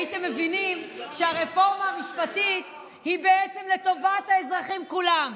הייתם מבינים שהרפורמה המשפטית היא בעצם לטובת האזרחים כולם.